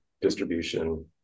distribution